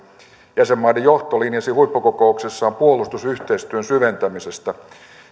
jäsenmaiden johto linjasi huippukokouksessaan puolustusyhteistyön syventämisestä